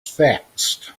fixed